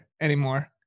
anymore